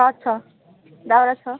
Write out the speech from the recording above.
छ छ दौरा छ